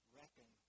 reckon